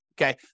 okay